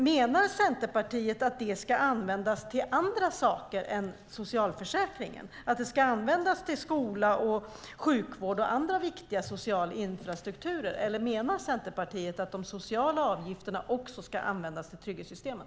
Menar Centerpartiet att det ska användas till andra saker än socialförsäkringen, att det ska användas till skola, sjukvård och annan viktig infrastruktur? Eller menar Centerpartiet att de sociala avgifterna också ska användas till trygghetssystemen?